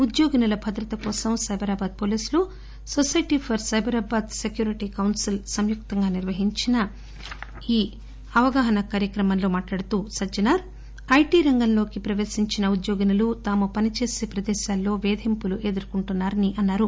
ఉద్యోగినుల భద్రత కోసం సైబరాబాద్ పోలీసులు society for Cyberabad security council సంయుక్తంగా నిర్వహించిన ఈ ప్లానింగ్ అవగాహన కార్యక్రమంలో మాట్లాడుతూ సజ్ఞనార్ ఐటీ రంగంలోకి ప్రపేశించిన ఉద్యోగినులు తాము పనిచేసే ప్రదేశాల్లో పేధింపులు ఎదుర్కుంటున్నా రని అన్నారు